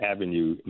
Avenue